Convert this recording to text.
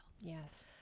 Yes